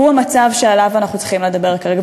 הוא המצב שעליו אנחנו צריכים לדבר כרגע.